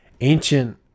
ancient